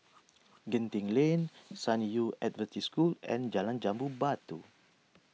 Genting Lane San Yu Adventist School and Jalan Jambu Batu